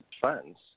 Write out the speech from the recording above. funds